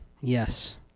Yes